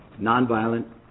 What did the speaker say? nonviolent